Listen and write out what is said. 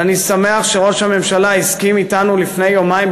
ואני שמח שראש הממשלה הסכים אתנו לפני יומיים,